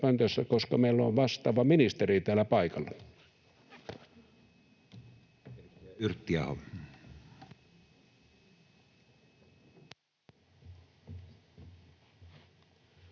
koska meillä on vastaava ministeri täällä paikalla.